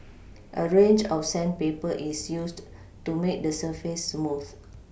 a range of sandpaper is used to make the surface smooth